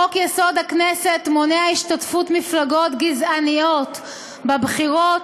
חוק-יסוד: הכנסת מונע השתתפות מפלגות גזעניות בבחירות,